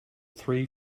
three